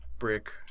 Brick